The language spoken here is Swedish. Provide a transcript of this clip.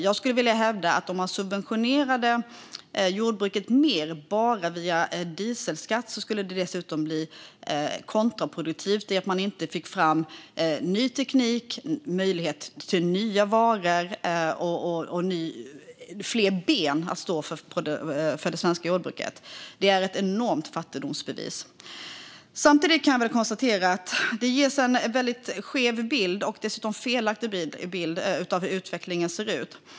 Jag skulle vilja hävda att om man subventionerade jordbruket mer via bara dieselskatten skulle det bli kontraproduktivt genom att man inte får fram ny teknik, möjligheter till nya varor och fler ben att stå på för det svenska jordbruket. Det är ett enormt fattigdomsbevis. Samtidigt ges det en skev och dessutom felaktig bild av utvecklingen.